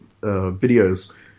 videos